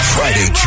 Friday